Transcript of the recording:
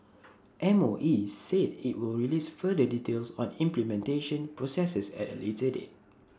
M O E said IT will release further details on implementation processes at A later date